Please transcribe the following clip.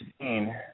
seen